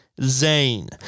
Zayn